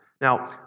Now